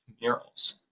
murals